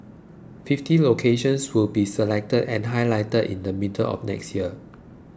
fifty locations will be chosen and highlighted in the middle of next year